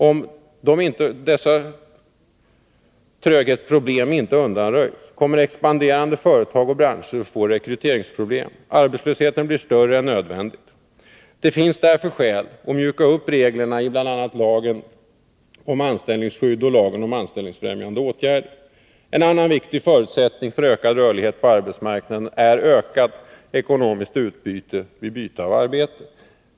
Om dessa tröghetsproblem inte undanröjs, kommer expanderande företag och branscher att få rekryteringsproblem. Arbetslösheten blir större än nödvändigt. Det finns därför skäl att mjuka upp reglerna i bl.a. lagen om anställningsskydd och lagen om anställningsfrämjande åtgärder. En annan viktig förutsättning för ökad rörlighet på arbetsmarknaden är ökat ekonomiskt utbyte vid byte av arbete.